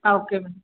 ಹಾಂ okay madam